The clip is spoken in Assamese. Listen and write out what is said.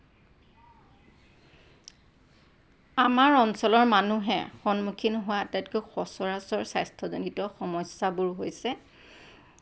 আমাৰ অঞ্চলৰ মানুহে সন্মুখীন হোৱা আটাইতকৈ সচৰাচৰ স্বাস্থ্যজনিত সমস্যাবোৰ হৈছে